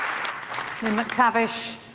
um mactavish,